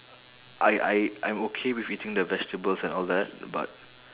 I I I'm okay with eating the vegetables and all that but